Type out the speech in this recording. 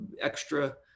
extra